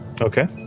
Okay